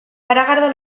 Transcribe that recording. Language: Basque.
garagardo